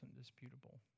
disputable